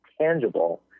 tangible